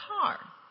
car